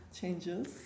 Changes